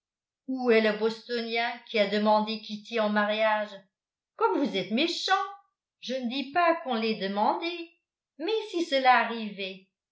où est le bostonien qui a demandé kitty en mariage comme vous êtes méchant je ne dis pas qu'on l'ait demandée mais si cela arrivait